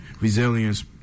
resilience